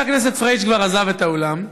חבר הכנסת פריג' כבר עזב את האולם.